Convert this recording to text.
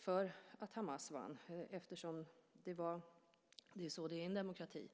för att Hamas vann eftersom det är så det är i en demokrati.